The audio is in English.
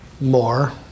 more